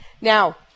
Now